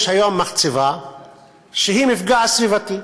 יש היום מחצבה שהיא מפגע סביבתי,